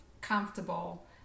comfortable